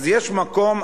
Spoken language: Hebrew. אז יש מקום.